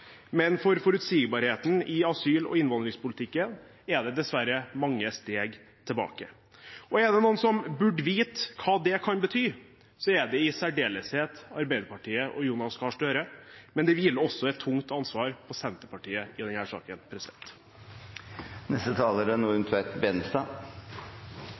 men for forutsigbarheten i asyl- og innvandringspolitikken er det dessverre mange steg tilbake. Er det noen som burde vite hva det kan bety, er det i særdeleshet Arbeiderpartiet og Jonas Gahr Støre, men det hviler også et tungt ansvar på Senterpartiet i denne saken. Bak hvert asyltall og hver asylsøknad er